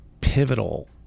pivotal